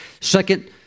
Second